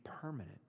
permanent